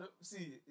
see